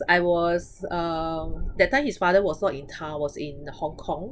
I was uh that time his father was not in town was in Hong Kong